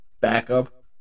Backup